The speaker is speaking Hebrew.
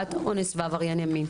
לתופעת אונס ועברייני מין.